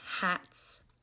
hats